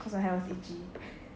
cause my hair was itchy